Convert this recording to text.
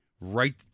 right